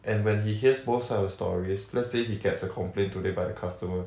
and when he hears both side of stories let's say he gets a complaint today by the customer